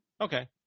Okay